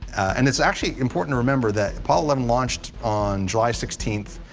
and it's actually important to remember that apollo eleven launched on july sixteenth.